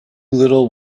little